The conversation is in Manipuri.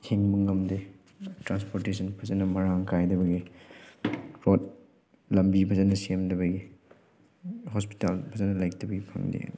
ꯍꯤꯡꯕ ꯉꯝꯗꯦ ꯇ꯭ꯔꯥꯟꯁꯄꯣꯔꯇꯦꯁꯟ ꯐꯖꯅ ꯃꯔꯥꯡ ꯀꯥꯏꯗꯕꯒꯤ ꯔꯣꯠ ꯂꯝꯕꯤ ꯐꯖꯅ ꯁꯦꯝꯗꯕꯒꯤ ꯍꯣꯁꯄꯤꯇꯥꯜ ꯐꯖꯅ ꯂꯩꯇꯕꯒꯤ ꯐꯪꯗꯦ